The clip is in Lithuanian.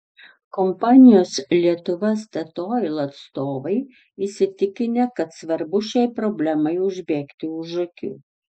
kompanijos lietuva statoil atstovai įsitikinę kad svarbu šiai problemai užbėgti už akių